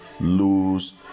lose